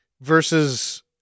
Versus